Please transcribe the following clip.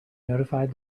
notified